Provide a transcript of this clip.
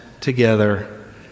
together